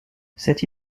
cette